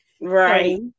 right